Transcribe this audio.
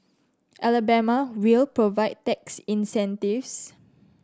Alabama will provide tax incentives